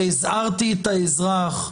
הזהרתי את האזרח,